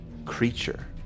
creature